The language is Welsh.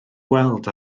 gweld